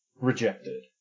rejected